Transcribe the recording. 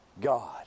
God